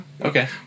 Okay